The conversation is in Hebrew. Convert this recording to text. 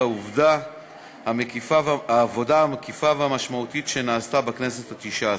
העבודה המקיפה והמשמעותית שנעשתה בכנסת התשע-עשרה.